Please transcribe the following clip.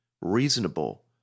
reasonable